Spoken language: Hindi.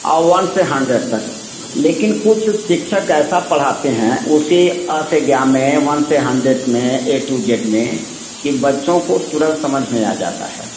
और वन से हंड्रेड तक लेकिन कुछ शिक्षक ऐसा पढ़ाते हैं उसी अ से ज्ञ में वन से हंड्रेड में ए टू जेड में कि बच्चों को तुरंत समझ में आ जाता है